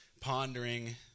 pondering